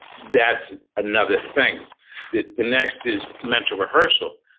that's another thing the next is mental rehearsal,